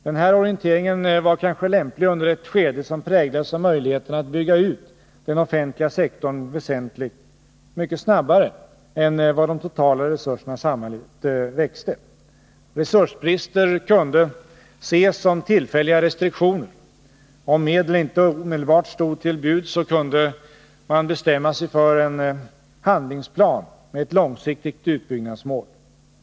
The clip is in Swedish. Den här orienteringen var kanske lämplig under ett skede som präglades av möjligheterna att bygga ut den offentliga sektorn väsentligt mycket snabbare än vad de totala resurserna i samhället växte. Resursbrister kunde ses som tillfälliga restriktioner. Om medel inte omedelbart stod till buds kunde man bestämma sig för en handlingsplan med ett långsiktigt utbyggnadsmål.